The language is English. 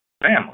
family